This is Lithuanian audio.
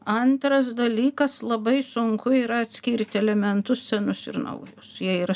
antras dalykas labai sunku yra atskirti elementus senus ir naujus jie yra